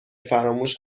فراموش